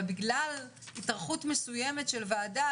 אבל בגלל התארכות מסוימת של ועדה,